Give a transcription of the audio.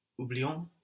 oublions